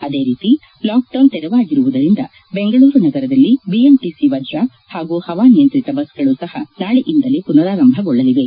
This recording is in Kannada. ಅದೇ ರೀತಿ ಲಾಕ್ಡೌನ್ ತೆರವಾಗಿರುವುದರಿಂದ ಬೆಂಗಳೂರು ನಗರದಲ್ಲಿ ಬಿಎಂಟಿಸಿ ವಜ್ರ ಹಾಗೂ ಹವಾನಿಯಂತ್ರಿತ ಬಸ್ಗಳು ಸಹ ನಾಳೆಯಿಂದಲೇ ಪುನರಾರಂಭಗೊಳ್ಳಲಿವೆ